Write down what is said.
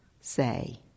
say